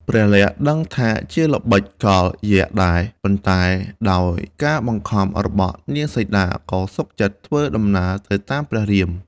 ព្រះលក្សណ៍ដឹងថាជាល្បិចកលយក្សដែរ ប៉ុន្តែដោយការបង្ខំរបស់នាងសីតាក៏សុខចិត្តធ្វើដំណើរទៅតាមព្រះរាម។